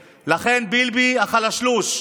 לכן, ביבי החלשלוש,